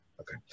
okay